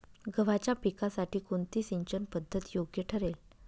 गव्हाच्या पिकासाठी कोणती सिंचन पद्धत योग्य ठरेल?